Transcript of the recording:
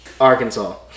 Arkansas